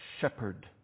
shepherd